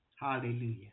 Hallelujah